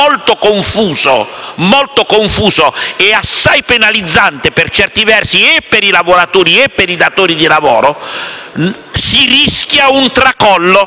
molto confuso e assai penalizzante per certi versi, sia per i lavoratori, sia per i datori di lavoro, si rischia un tracollo.